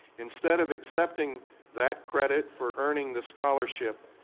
instead of accepting that credit for earning the scholarship,